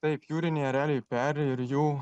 taip jūriniai ereliai peri ir jų